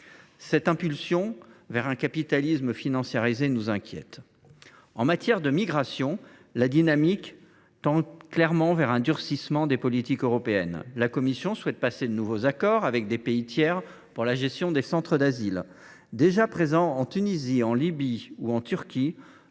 Cette impulsion vers un capitalisme financiarisé nous inquiète. En matière de migration, la dynamique tend clairement vers un durcissement des politiques européennes. La Commission souhaite passer de nouveaux accords avec des pays tiers pour la gestion des centres d’asile. Or de tels centres existent déjà en Tunisie, en Libye, en Turquie